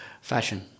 fashion